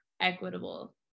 equitable